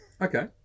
okay